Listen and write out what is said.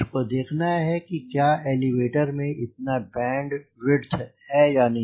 मुझ को देखना है कि क्या एलीवेटर में इतना बैंडविड्थ है या नहीं